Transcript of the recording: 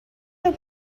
your